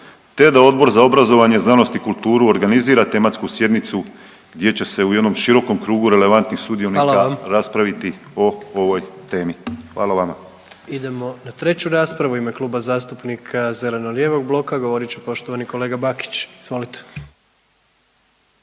te da Odbor za obrazovanje, znanost i kulturu organizira tematsku sjednicu gdje će se u jednom širokom krugu relevantnih sudionika …/Upadica: Hvala vam./… raspraviti o ovoj temi. Hvala vama. **Jandroković, Gordan (HDZ)** Idemo na treću raspravu u ime Kluba zastupnika zeleno-lijevog bloka govorit će poštovani kolega Bakić. Izvolite.